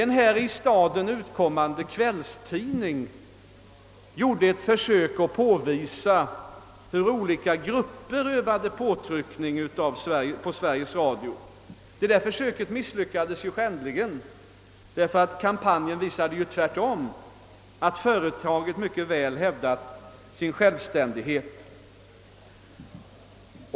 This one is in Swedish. En här i staden utkommande kvällstidning gjorde ett försök att påvisa hur olika grupper utövade påtryckningar mot Sveriges Radio. Detta försök misslyckades skändligen. Kampanjen visade tvärtom att företaget mycket väl hävdat sin självständighet.